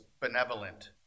benevolent